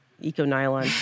eco-nylon